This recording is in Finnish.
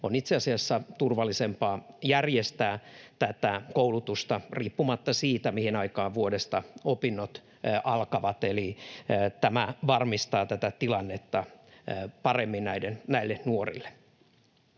on itse asiassa turvallisempaa järjestää tätä koulutusta riippumatta siitä, mihin aikaan vuodesta opinnot alkavat. Eli tämä varmistaa tätä tilannetta paremmin näille nuorille.